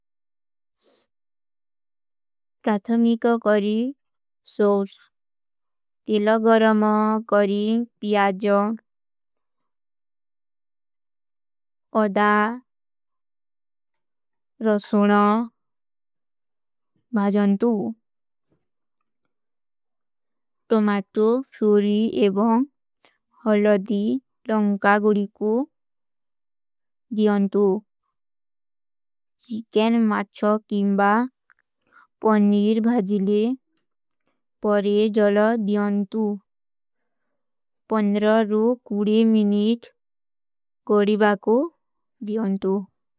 ପ୍ରାଥମିକ କରୀ ସୋର୍ଷ ତେଲା ଗରମ କରୀ ପ୍ଯାଜ ଅଦା ରସୋନା ଭାଜନ୍ତୂ ଟୋମାଟୋ ଫ୍ଯୋରୀ ଏବଂ ହଲ୍ଦ। ଲଂକା ଗୁଡିକୋ ଦିନ୍ତୂ ଚିକନ ମାଚ୍ଛୋ କୀମବା ପନୀର ଭାଜିଲେ ପରେ ଜଲ ଦିନ୍ତୂ ପନ୍ଦ୍ର ରୋ କୁଡେ ମିନିତ କରୀ ବାକୋ ଦିନ୍ତୂ।